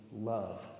love